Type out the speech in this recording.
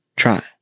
Try